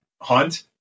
Hunt